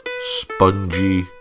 Spongy